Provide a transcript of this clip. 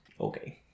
Okay